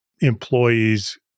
employees